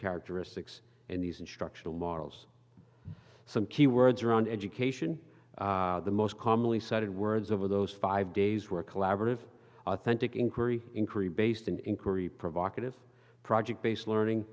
characteristics and these instructional models some key words around education the most commonly cited words over those five days were a collaborative authentic inquiry increase based and inquiry provocative project based learning